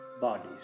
bodies